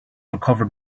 recovered